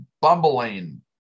bumbling